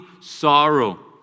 sorrow